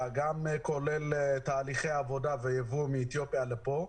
כולל תהליכי עבודה ויבוא מאתיופיה לפה,